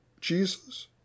Jesus